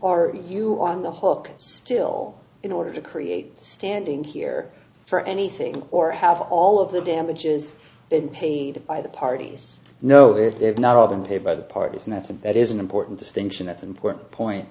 are you on the hook still in order to create standing here for anything or have all of the damages been paid by the parties know that they're not all been paid by the parties and that's a bit is an important distinction that's an important point